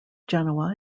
genoa